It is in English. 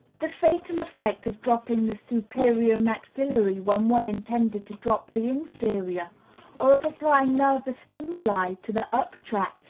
the fatal effect of dropping the superior maxillary when one intended to drop the inferior, or of applying nervous stimuli to the up track,